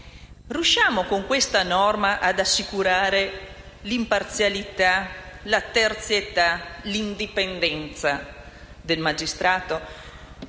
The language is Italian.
Riusciamo con questa norma ad assicurare l'imparzialità, la terzietà e l'indipendenza del magistrato?